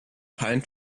pine